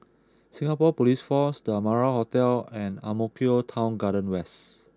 Singapore Police Force The Amara Hotel and Ang Mo Kio Town Garden West